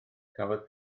cafodd